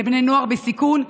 לבני נוער בסיכון,